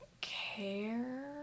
care